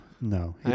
no